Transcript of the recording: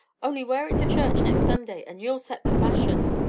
only wear it to church next sunday, and you'll set the fashion.